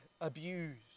abused